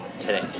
today